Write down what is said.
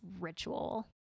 ritual